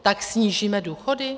Tak snížíme důchody?